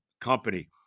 Company